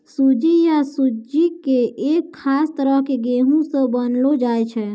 सूजी या सुज्जी कॅ एक खास तरह के गेहूँ स बनैलो जाय छै